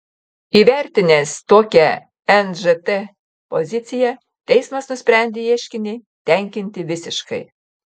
įvertinęs tokią nžt poziciją teismas nusprendė ieškinį tenkinti visiškai